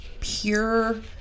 pure